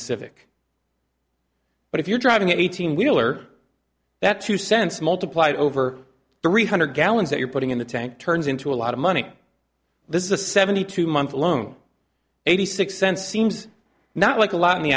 civic but if you're driving an eighteen wheeler that two cents multiplied over three hundred gallons that you're putting in the tank turns into a lot of money this is a seventy two month loan eighty six cents seems not like a lot in the